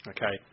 Okay